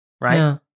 Right